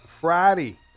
Friday